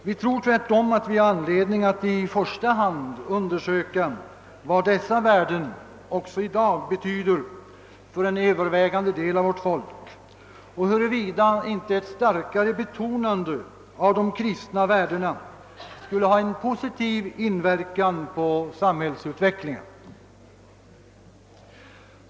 Vi tror att vi tvärtom har anledning att i första hand undersöka vad dessa värden också i dag betyder för en övervägande del av vårt folk och huruvida inte ett starkare betonande av de kristna värdena skulle ha en positiv inverkan på samhällsutvecklingen.